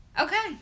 Okay